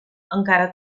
encara